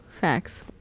Facts